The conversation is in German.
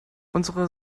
unsere